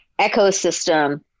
ecosystem